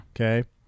Okay